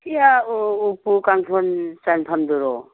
ꯁꯤ ꯎꯄꯨ ꯀꯥꯡꯊꯣꯟ ꯆꯟꯐꯝꯗꯨꯔꯣ